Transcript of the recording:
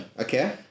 Okay